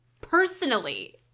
personally